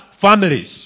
families